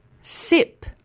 Sip